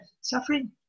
suffering